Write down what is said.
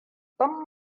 ban